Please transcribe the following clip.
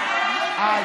אה,